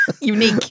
unique